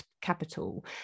Capital